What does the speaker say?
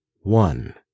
one